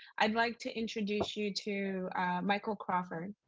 i'd like to introduce you to michael crawford.